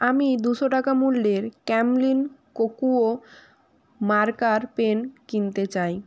আমি দুশো টাকা মূল্যের ক্যামলিন কোকুয়ো মার্কার পেন কিনতে চাই